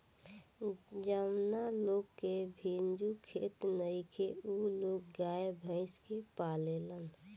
जावना लोग के भिजुन खेत नइखे उ लोग गाय, भइस के पालेलन